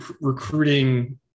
recruiting –